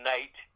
Night